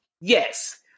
yes